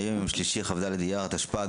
היום יום שלישי כ"ד באייר התשפ"ג,